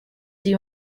you